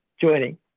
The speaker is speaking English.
joining